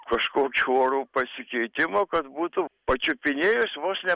kažkokio orų pasikeitimo kad būtų pačiupinėjus vos ne